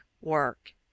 work